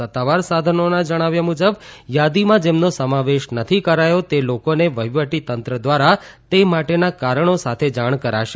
સત્તાવાર સાધનોના જણાવ્યા મુજબ થાદીમાં જેમનો સમાવેશ નથી કરાયો તે લોકોને વહીવટીતંત્ર દ્વારા તે માટેનાં કારણો સાથે જાણ કરાશે